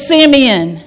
Simeon